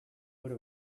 would